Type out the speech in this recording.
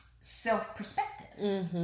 self-perspective